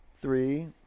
three